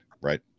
right